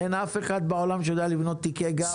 אין אף אחד בעולם שיודע לבנות תיקי גב.